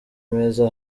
meza